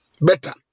better